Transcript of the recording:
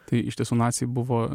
tai iš tiesų naciai buvo